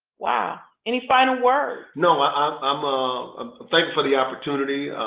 wow, any final words? no ah um um ah um like for the opportunity.